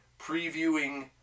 previewing